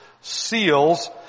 seals